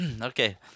Okay